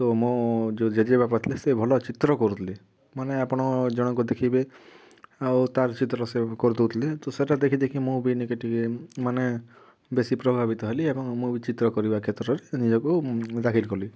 ତ ମୋ ଯେ ଜେଜେବାପା ଥିଲେ ସେ ଭଲ ଚିତ୍ର କରୁଥିଲେ ମାନେ ଆପଣ ଜଣଙ୍କୁ ଦେଖିବେ ଆଉ ତାର ଚିତ୍ର ସେ କରିଦେଉଥିଲେ ତ ସେଇଟା ଦେଖି ଦେଖି ମୁଁ ବି ନାକି ଟିକେ ମାନେ ବେଶି ପ୍ରଭାବିତ ହେଲି ଏବଂ ମୁଁ ବି ଚିତ୍ର କରିବା କ୍ଷେତ୍ରରେ ନିଜକୁ ଦାଖିଲ୍ କଲି